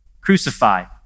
crucified